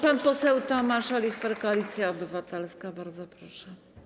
Pan poseł Tomasz Olichwer, Koalicja Obywatelska, bardzo proszę.